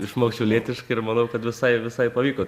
išmokt šiaulietiškai ir manau kad visai visai pavyko